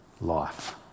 life